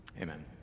Amen